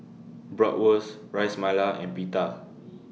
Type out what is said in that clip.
Bratwurst Ras Malai and Pita